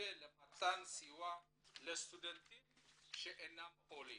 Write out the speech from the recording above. מתווה למתן סיוע לסטודנטים שאינם עולים.